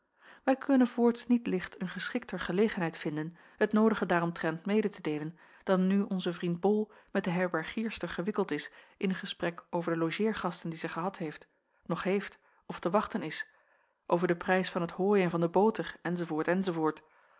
wij kunnen voorts niet licht een geschikter gelegenheid vinden het noodige daaromtrent mede te deelen dan nu onze vriend bol met de herbergierster gewikkeld is in een gesprek over de logeergasten die zij gehad heeft nog heeft of te wachten is over den prijs van het hooi en van de boter